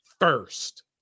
first